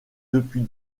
depuis